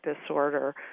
disorder